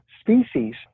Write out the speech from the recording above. species